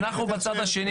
גם נושאים של תוכניות שהיו,